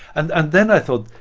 and and then i thought,